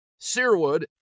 Searwood